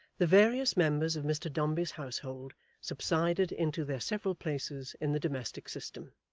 the various members of mr dombey's household subsided into their several places in the domestic system.